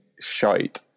shite